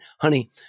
honey